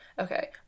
okay